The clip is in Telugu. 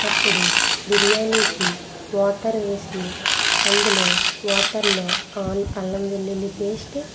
అప్పుడు బిర్యానీకి వాటర్ వేసి అందులో వాటర్లో ఆన్ అల్లం వెల్లుల్లి పేస్ట్